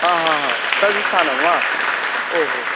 आ हा हा तद् स्थानं वा ओहो